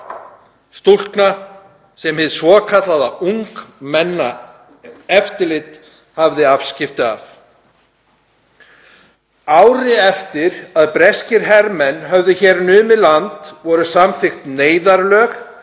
stúlkna sem hið svokallaða ungmennaeftirlit hafði afskipti af. Ári eftir að breskir hermenn höfðu numið land hér voru samþykkt neyðarlög